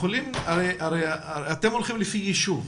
הרי אתם הולכים לפי ישוב,